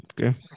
okay